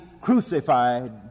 crucified